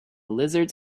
lizards